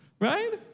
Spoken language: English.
right